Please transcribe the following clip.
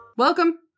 Welcome